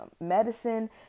medicine